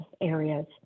areas